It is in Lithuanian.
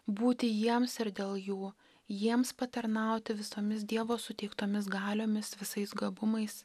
būti jiems ir dėl jų jiems patarnauti visomis dievo suteiktomis galiomis visais gabumais